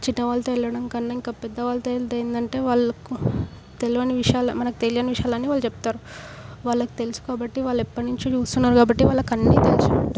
చిన్నవాళ్ళతో వెళ్ళడం కన్నా ఇంకా పెద్దవాళ్ళతో వెళితే ఏంటంటే వాళ్ళకు తెలియని విషయాలు మనకు తెలియని విషయాలన్నీ వాళ్ళు చెప్తారు వాళ్ళకి తెలుసు కాబట్టి వాళ్ళు ఎప్పటి నుంచో చూస్తున్నారు కాబట్టి వాళ్ళకు అన్నీ తెలిసి ఉంటాయి